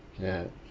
ya